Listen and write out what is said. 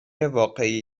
واقعی